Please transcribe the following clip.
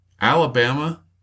Alabama